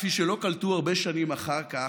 כפי שלא קלטו הרבה שנים אחר כך,